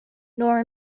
nor